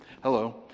hello